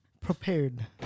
prepared